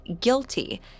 guilty